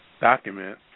document